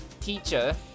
teacher